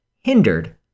hindered